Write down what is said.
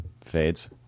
Fades